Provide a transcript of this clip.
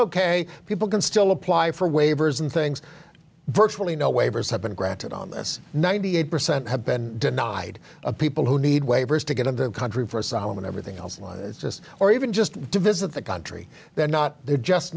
ok people can still apply for waivers and things virtually no waivers have been granted on this ninety eight percent have been denied people who need waivers to get in the country for asylum and everything else it's just or even just to visit the country they're not they're just